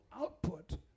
output